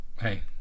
Hey